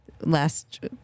last